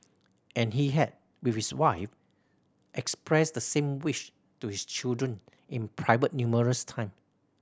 and he had with his wife expressed the same wish to his children in private numerous time